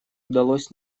удалось